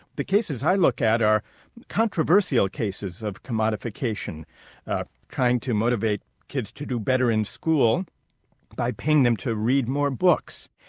the cases i look at are controversial cases of commodification trying to motivate kids to do better in school by paying them to read more books.